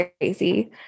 crazy